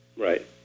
Right